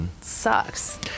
sucks